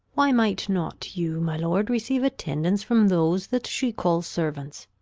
why might not you, my lord, receive attendance from those that she calls servants,